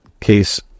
case